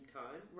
time